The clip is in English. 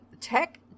tech